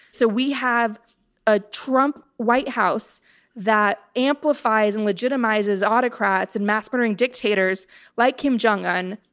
so we have a trump white house that amplifies and legitimizes autocrats and mass murdering dictators like kim jung un,